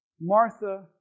Martha